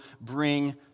bring